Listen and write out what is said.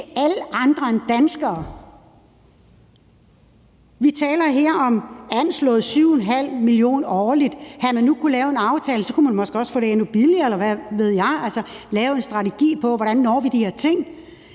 alle andre end danskere. Vi taler her om anslået 7,5 mio. kr. årligt. Havde man nu kunnet lave en aftale, havde man måske også kunnet få det endnu billigere, eller hvad ved jeg, og altså have lavet en strategi for, hvordan vi når de her ting.